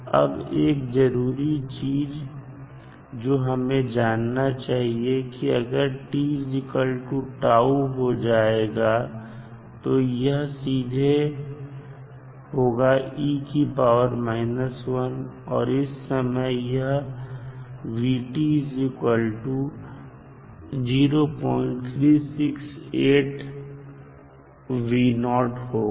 अब एक जरूरी चीज जो हमें जानना चाहिए कि अगर t τ हो जाएगा तो यह सीधे होगा और इस समय पर यह होगा